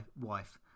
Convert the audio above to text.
wife